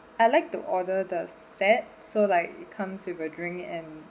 I like to order the set so like it comes with a drink and